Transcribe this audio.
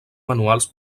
manuals